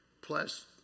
plus